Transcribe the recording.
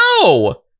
no